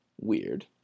weird